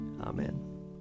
Amen